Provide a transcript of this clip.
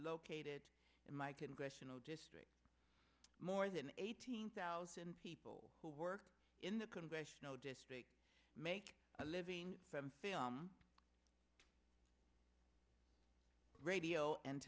located in my congressional district more than eighteen thousand people who work in the congressional district make a living from film radio and